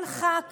כל ח"כ